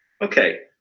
Okay